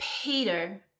Peter